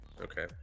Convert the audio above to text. Okay